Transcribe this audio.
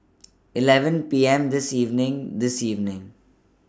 eleven P M This evening This evening